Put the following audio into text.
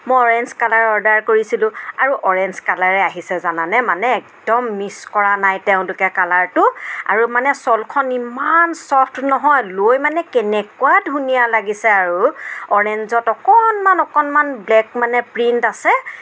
মই orange colour order কৰিছিলোঁ আৰু অৰেঞ্চ কালাৰে আহিছে জানানে মানে একদম মিক্স কৰা নাই তেওঁলোকে কালাৰটো আৰু মানে শ্বলখন ইমান চফ্ট নহয় লৈ মানে কেনেকুৱা ধুনীয়া লাগিছে আৰু অৰেঞ্জত অকণমান অকণমান ব্লেক মানে প্ৰিণ্ট আছে